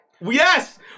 Yes